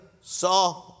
saw